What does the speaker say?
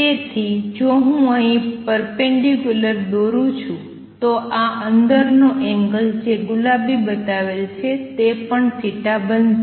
તેથી જો હું અહીં પર્પેંડિક્યુલર દોરું છું તો આ અંદરનો એંગલ જે ગુલાબી બતાવેલ છે તે પણ બનશે